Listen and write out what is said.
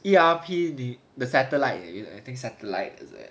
E_R_P the the satellite is it I think satellite is it